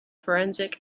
forensic